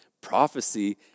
Prophecy